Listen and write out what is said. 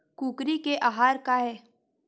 कुकरी के आहार काय?